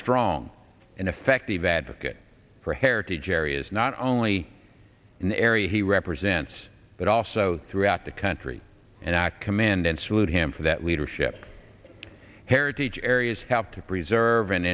strong and effective advocate for heritage areas not only in the area he represents but also throughout the country and i commend and salute him for that leadership heritage areas have to preserve and